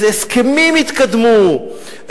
איזה הסכמים התקדמו,